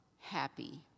happy